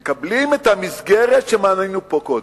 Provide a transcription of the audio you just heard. שמקבלים את המסגרת שמנינו פה קודם.